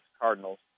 Cardinals